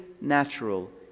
natural